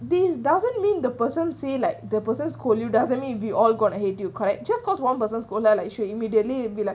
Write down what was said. this doesn't mean the person say like the person scold you doesn't mean we all gnna hate you correct just because one person scold her like she will immediately will be like